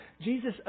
Jesus